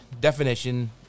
definition